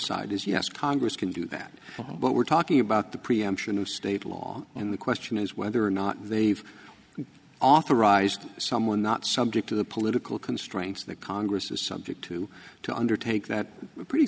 is yes congress can do that but we're talking about the preemption of state law and the question is whether or not they've authorized someone not subject to the political constraints of the congress is subject to to undertake that pretty